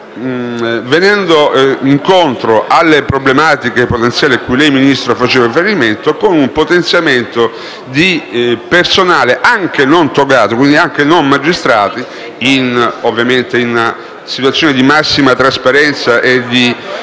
venendo incontro alle possibili problematiche cui lei, Ministro, faceva riferimento, con un potenziamento di personale anche non togato, quindi anche non magistrati, in situazioni di massima trasparenza, di